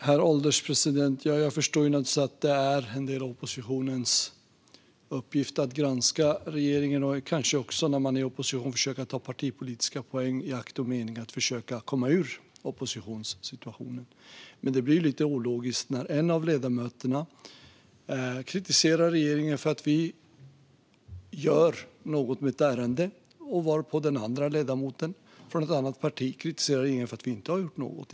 Herr ålderspresident! Jag förstår att det är en del i oppositionens uppgift att granska regeringen och kanske också försöka ta partipolitiska poäng i akt och mening att försöka komma ur oppositionssituationen, men det blir lite ologiskt när en av ledamöterna kritiserar regeringen för att vi gör något i ett ärende och den andra ledamoten, från ett annat parti, kritiserar regeringen för att vi inte har gjort något.